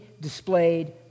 displayed